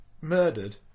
murdered